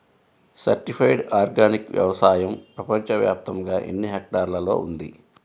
Certified organic వ్యవసాయం ప్రపంచ వ్యాప్తముగా ఎన్నిహెక్టర్లలో ఉంది?